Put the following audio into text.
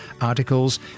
articles